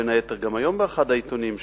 בין היתר גם היום באחד העיתונים,